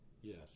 yes